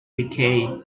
decay